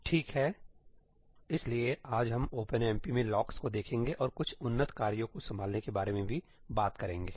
ठीक है इसलिए आज हम ओपनएमपी में लॉक्स को देखेंगे और कुछ उन्नत कार्यों को संभालने के बारे में भी बात करेंगे